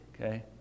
okay